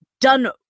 done